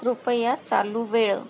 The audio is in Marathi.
कृपया चालू वेळ